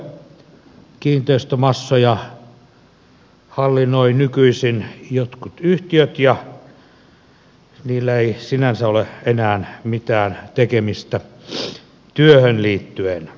kiinteistömassoja hallinnoivat nykyisin jotkut yhtiöt ja niillä ei sinänsä ole enää mitään tekemistä työhön liittyen